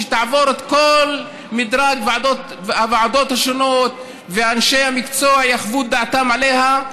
שתעבור את כל מדרג הוועדות השונות ואנשי המקצוע יחוו את דעתם עליה,